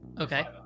Okay